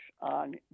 on